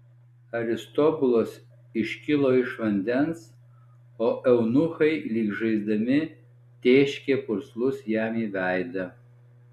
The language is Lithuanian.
aristobulas iškilo iš vandens o eunuchai lyg žaisdami tėškė purslus jam į veidą